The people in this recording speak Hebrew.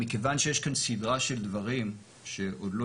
מכיוון שיש כאן סדרה של דברים שעוד לא